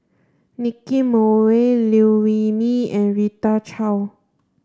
Nicky Moey Liew Wee Mee and Rita Chao